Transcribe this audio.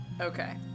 Okay